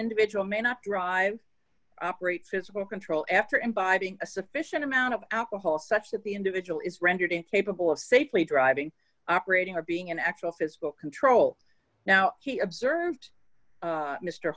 individual may not drive operates it's for control after imbibing a sufficient amount of alcohol such that the individual is rendered capable of safely driving operating or being an actual physical control now he observed